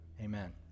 Amen